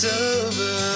over